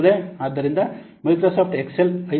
ಆದ್ದರಿಂದ Microsoft Excel I